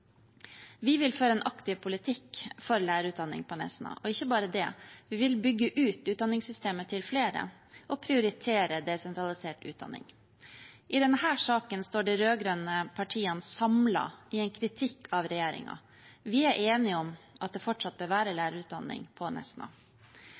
Vi vil føre en aktiv politikk for lærerutdanning på Nesna – og ikke bare det: Vi vil bygge ut utdanningssystemet til flere og prioritere desentralisert utdanning. I denne saken står de rød-grønne partiene samlet i en kritikk av regjeringen. Vi er enige om at det fortsatt bør være